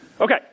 Okay